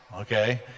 okay